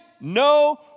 no